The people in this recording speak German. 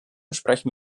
sprechen